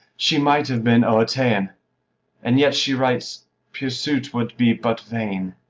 she might have been o'er ta'en and yet she writes pursuit would be but vain.